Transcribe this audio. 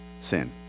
sin